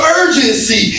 urgency